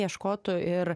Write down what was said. ieškotų ir